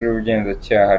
rw’ubugenzacyaha